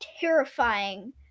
terrifying